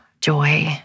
joy